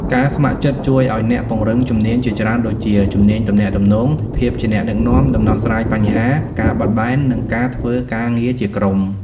ការស្ម័គ្រចិត្តជួយឱ្យអ្នកពង្រឹងជំនាញជាច្រើនដូចជា៖ ជំនាញទំនាក់ទំនង ភាពជាអ្នកដឹកនាំ ដំណោះស្រាយបញ្ហា ការបត់បែន និងការធ្វើការងារជាក្រុម។